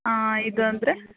ಹಾಂ ಇದಂದರೆ